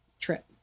trip